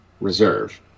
Reserve